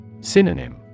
Synonym